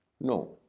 No